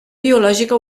biològica